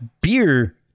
beer